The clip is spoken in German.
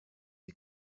die